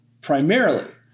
primarily